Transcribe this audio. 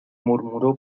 murmuró